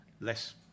less